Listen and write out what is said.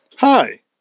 Hi